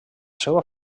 seva